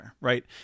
right